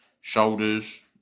shoulders